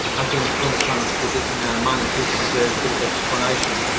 i think when it comes to this amount of money, people deserve a bit of explanation.